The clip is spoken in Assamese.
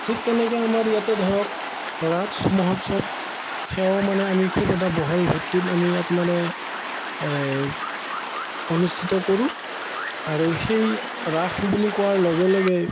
ঠিক তেনেকৈ আমাৰ ইয়াতে ধৰক ৰাস মহোৎসৱ সেইও মানে আমি খুব এটা বহল ভিত্তিত আমি ইয়াত মানে অনুষ্ঠিত কৰোঁ আৰু সেই ৰাস বুলি কোৱাৰ লগে লগে